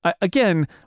again